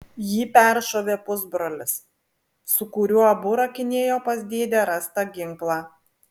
jį peršovė pusbrolis su kuriuo abu rakinėjo pas dėdę rastą ginklą